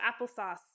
applesauce